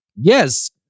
Yes